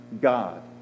God